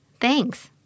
thanks